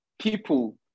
people